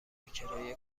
کرایه